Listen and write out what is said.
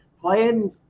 playing